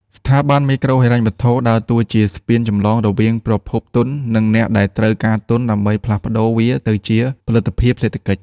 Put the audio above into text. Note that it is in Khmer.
ស្ថាប័នមីក្រូហិរញ្ញវត្ថុដើរតួជាស្ពានចម្លងរវាងប្រភពទុន និងអ្នកដែលត្រូវការទុនដើម្បីផ្លាស់ប្តូរវាទៅជាផលិតភាពសេដ្ឋកិច្ច។